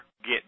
get